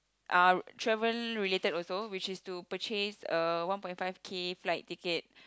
Uh travel related also which is to purchase a one point five K flight ticket